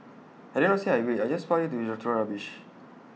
I did not say I wait I just park here to throw rubbish